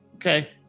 Okay